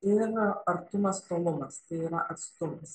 ir artumas tolumas tai yra atstumas